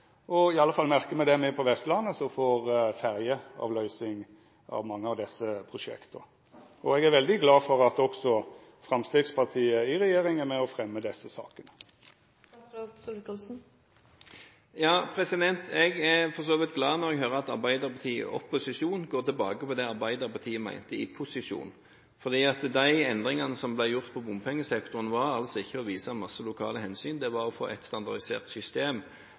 I alle fall merkar me det på Vestlandet, me som får ferjeavløysing av mange av desse prosjekta. Eg er veldig glad for at også Framstegspartiet i regjering er med og fremjar desse sakene. Jeg blir for så vidt glad når jeg hører at Arbeiderpartiet i opposisjon går tilbake på det Arbeiderpartiet mente i posisjon, for de endringene som ble gjort på bompengesektoren, ble ikke gjort for å vise masse lokale hensyn, men for å få et standardisert system.